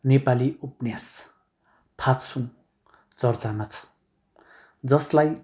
नेपाली उपन्यास फात्सुङ चर्चामा छ जसलाई